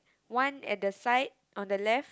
one at the side on the left